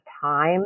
time